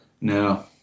No